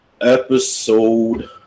Episode